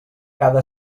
cada